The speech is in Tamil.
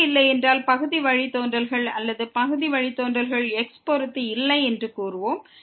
அது இல்லையென்றால் பகுதி வழித்தோன்றல்கள் அல்லது பகுதி வழித்தோன்றல்கள் x பொறுத்து இல்லை என்று கூறுவோம்